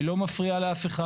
היא לא מפריעה לאף אחד.